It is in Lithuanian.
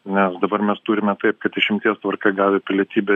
nes dabar mes turime taip kad išimties tvarka gavę pilietybę